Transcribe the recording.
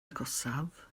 agosaf